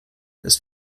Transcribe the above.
ist